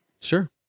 Sure